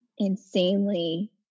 insanely